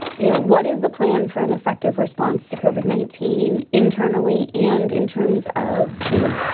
you know, what is the plan for an effective response to koven nineteen internally and in terms of, you know,